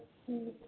हँ